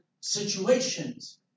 situations